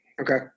okay